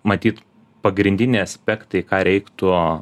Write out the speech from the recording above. matyt pagrindiniai aspektai į ką reiktų